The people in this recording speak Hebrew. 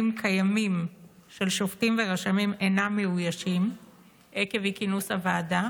קיימים של שופטים ורשמים אינם מאוישים עקב אי-כינוס הוועדה?